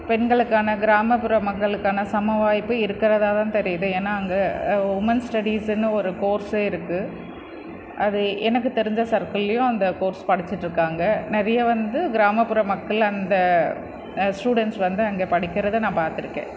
பெண்களுக்கான கிராமப்புற மக்களுக்கான சம வாய்ப்பு இருக்கிறதாகதான் தெரியுது ஏன்னால் அங்கே உமெண்ட்ஸ் ஸ்டடீஸ்னு ஒரு கோர்ஸே இருக்குது அது எனக்குத் தெரிஞ்ச சர்க்கிள்லேயும் அந்தக் கோர்ஸ் படிச்சுட்டுருக்காங்க நிறைய வந்து கிராமப்புற மக்கள் அந்த ஸ்டூடெண்ட்ஸ் வந்து அங்கே படிக்கிறதை நான் பார்த்துருக்கேன்